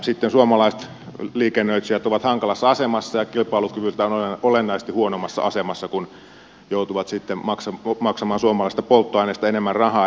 sitten suomalaiset liikennöitsijät ovat hankalassa asemassa ja kilpailukyvyltään olennaisesti huonommassa asemassa kun joutuvat maksamaan suomalaisesta polttoaineesta enemmän rahaa